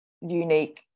unique